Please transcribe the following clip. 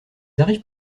arrivent